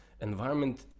environment